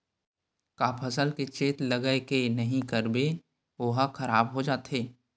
का फसल के चेत लगय के नहीं करबे ओहा खराब हो जाथे?